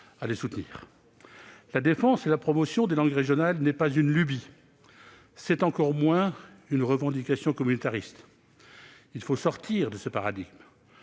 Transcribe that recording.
à les soutenir. La défense et la promotion des langues régionales, ce n'est pas une lubie ; c'est encore moins une revendication communautariste. Il faut sortir de ce paradigme.